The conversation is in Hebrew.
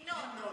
יִנוֹן.